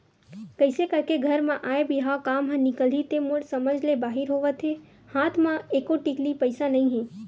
कइसे करके घर म आय बिहाव काम ह निकलही ते मोर समझ ले बाहिर होवत हे हात म एको टिकली पइसा नइ हे